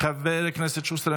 חבר הכנסת שוסטר,